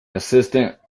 assistant